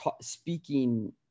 speaking